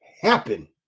happen